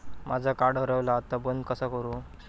माझा कार्ड हरवला आता बंद कसा करू?